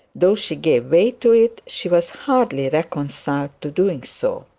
though she gave way to it, she was hardly reconciled to doing so.